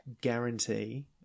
guarantee